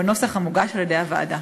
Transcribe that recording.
בנוסח המוגש על-ידי הוועדה.